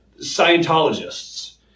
Scientologists